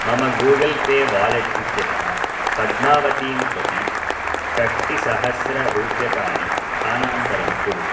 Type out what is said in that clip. मम Google pay app wallet इत्यतः पद्मावतीं प्रति षट्टिसहस्ररूप्यकाणि स्थानान्तरं कुरु